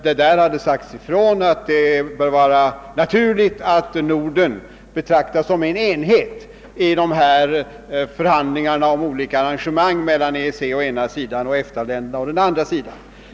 Det sades där ifrån att det bör vara naturligt att Norden betraktas som en enhet vid förhandlingarna om olika arrangemang mellan EEC å ena sidan och EFTA-länderna å den andra.